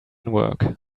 work